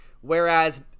Whereas